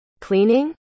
cleaning